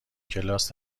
کلاس